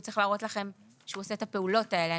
צריך להראות לכם שהוא עושה את הפעולות האלה,